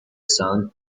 sun